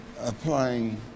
applying